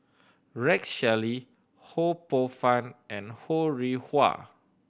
Rex Shelley Ho Poh Fun and Ho Rih Hwa